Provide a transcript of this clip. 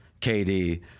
KD